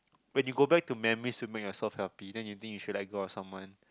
when you go back to memories to make yourself healthy then you think you should let go of someone